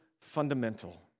fundamental